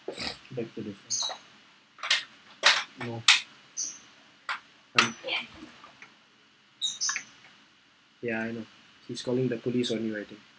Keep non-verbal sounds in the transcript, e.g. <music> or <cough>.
<noise> back to the no I'm ya I know he's calling the police on you already